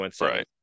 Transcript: Right